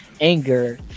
anger